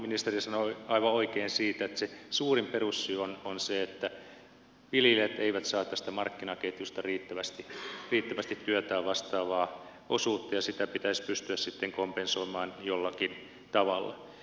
ministeri sanoi aivan oikein siitä että se suurin perussyy on se että viljelijät eivät saa tästä markkinaketjusta riittävästi työtään vastaavaa osuutta ja sitä pitäisi pystyä sitten kompensoimaan jollakin tavalla